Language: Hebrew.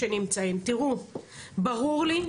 ברור לי,